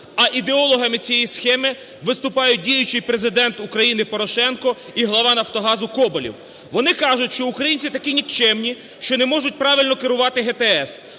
а ідеологами цієї схеми виступають діючий Президент України Порошенко і глава "Нафтогазу" Коболєв. Вони кажуть, що українці такі нікчемні, що не можуть правильно керувати ГТС,